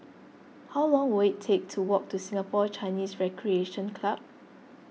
how long will it take to walk to Singapore Chinese Recreation Club